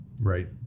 Right